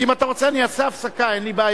כי אם אתה רוצה, אני אעשה הפסקה, אין בעיה.